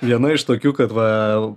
viena iš tokių kad va